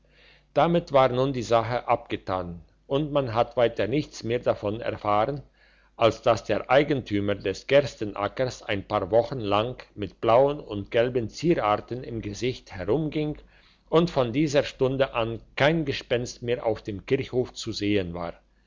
damit war nun die sache abgetan und man hat weiter nichts mehr davon erfahren als dass der eigentümer des gerstenackers ein paar wochen lang mit blauen und gelben zieraten im gesicht herumging und von dieser stunde an kein gespenst mehr auf dem kirchhof zu sehen war